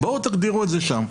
בואו, תגדירו את זה שם.